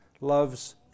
loves